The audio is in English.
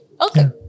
Okay